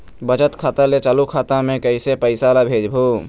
बचत खाता ले चालू खाता मे कैसे पैसा ला भेजबो?